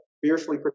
fiercely